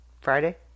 Friday